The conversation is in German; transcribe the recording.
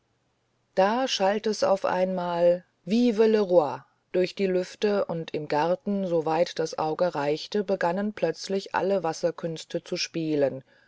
da schallt es auf einmal vive le roi durch die lüfte und im garten so weit das auge reichte begannen plötzlich alle wasserkünste zu spielen